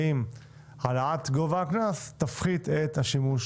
האם העלאת גובה הקנס תפחית את השימוש